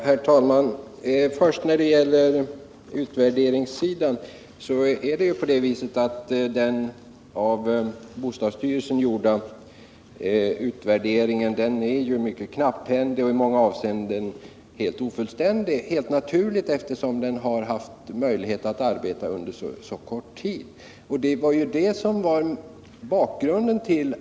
Herr talman! Den av bostadsstyrelsen gjorda utvärderingen är mycket knapphändig och i många avseenden helt ofullständig, och det är naturligt, eftersom man haft möjlighet att arbeta med den under så kort tid.